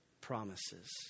promises